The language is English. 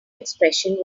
expression